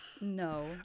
No